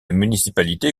municipalité